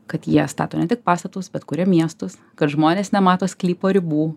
kad jie stato ne tik pastatus bet kuria miestus kad žmonės nemato sklypo ribų